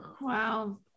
Wow